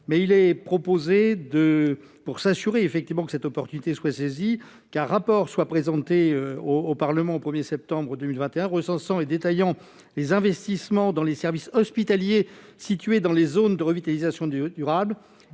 Il est proposé, pour s'assurer que celle-ci est saisie, qu'un rapport soit présenté au Parlement au 1 septembre 2021, recensant et détaillant les investissements dans les services hospitaliers situés dans les zones de revitalisation rurale